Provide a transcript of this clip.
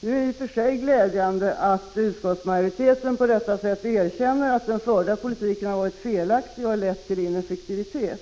Nu är det i och för sig glädjande att utskottsmajoriteten på detta sätt erkänner att den förda politiken har varit felaktig och lett till ineffektivitet.